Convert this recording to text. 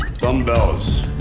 Dumbbells